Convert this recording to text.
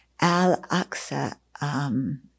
Al-Aqsa